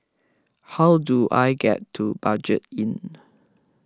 how do I get to Budget Inn